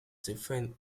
different